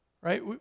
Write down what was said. Right